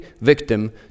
victim